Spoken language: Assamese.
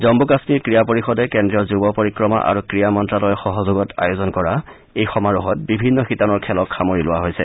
জম্মু কাম্মীৰ ক্ৰীড়া পৰিষদে কেন্দ্ৰীয় যুৱ পৰিক্ৰমা আৰু ক্ৰীড়া মন্তালয়ৰ সহযোগত আয়োজন কৰা এই সমাৰোহত বিভিন্ন শিতানৰ খেল সামৰি লোৱা হৈছে